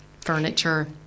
furniture